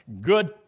good